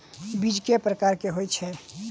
बीज केँ प्रकार कऽ होइ छै?